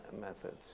methods